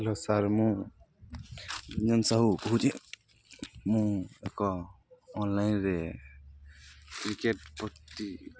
hello sir ମୁଁ ରଞ୍ଜନ ସାହୁ କହୁଛି ମୁଁ ଏକ ଅନ୍ଲାଇନ୍ରେ କ୍ରିକେଟ ପ୍ରତି